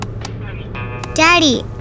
Daddy